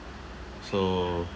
so